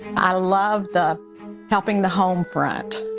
i love the helping the home front.